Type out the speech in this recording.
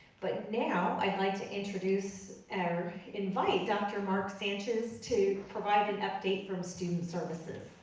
but now, i'd like to introduce, or invite, dr. mark sanchez to provide an update from student services.